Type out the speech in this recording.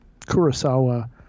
Kurosawa